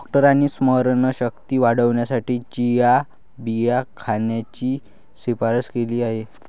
डॉक्टरांनी स्मरणशक्ती वाढवण्यासाठी चिया बिया खाण्याची शिफारस केली आहे